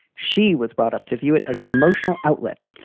she was brought up to view it as an emotional outlet,